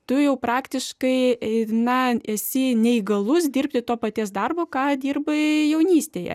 tu jau praktiškai eina esi neįgalus dirbti to paties darbo ką dirbai jaunystėje